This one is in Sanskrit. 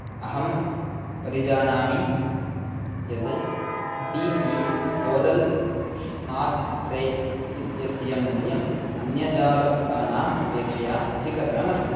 अहं परिजानामि यत् D P coral snack tray इत्यस्य मूल्यम् अन्यजालपुटानाम् अपेक्षया अधिकतरमस्ति